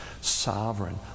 sovereign